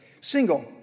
Single